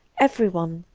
everyone,